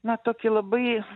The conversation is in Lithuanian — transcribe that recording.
na tokį labai